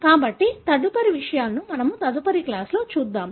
కాబట్టి తదుపరి విషయాలను మనము తదుపరి క్లాస్ లో చూద్దాము